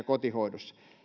kotihoidossa